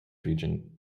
region